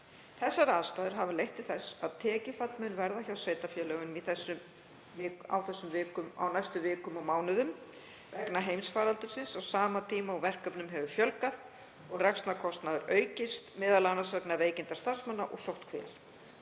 Þessar aðstæður hafa leitt til þess að tekjufall mun verða hjá sveitarfélögum á næstu vikum og mánuðum vegna heimsfaraldursins á sama tíma og verkefnum hefur fjölgað og rekstrarkostnaður aukist, m.a. vegna veikinda starfsmanna og sóttkvíar.